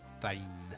fine